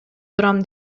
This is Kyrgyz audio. турам